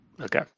okay